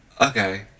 Okay